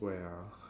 where ah